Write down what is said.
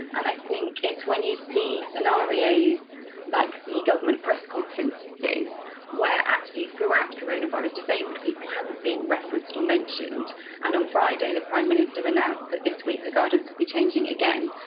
and i think it's when you see scenarios like the government press conferences where actually throughout coronavirus disabled people haven't been referenced or mentioned and on friday the prime minister announced that this week the guidance will be changing again.